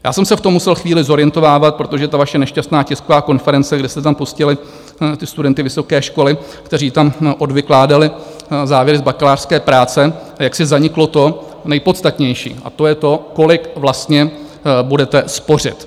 Já jsem se v tom musel chvíli zorientovávat, protože ta vaše nešťastná tisková konference, kde jste tam pustili ty studenty vysoké školy, kteří tam odvykládali závěry z bakalářské práce, jaksi zaniklo to nejpodstatnější a to je to, kolik vlastně budete spořit.